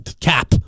cap